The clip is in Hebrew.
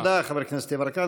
תודה לחבר הכנסת יברקן.